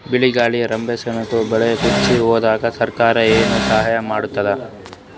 ಬಿರುಗಾಳಿ ರಭಸಕ್ಕೆ ಬೆಳೆ ಕೊಚ್ಚಿಹೋದರ ಸರಕಾರ ಏನು ಸಹಾಯ ಮಾಡತ್ತದ?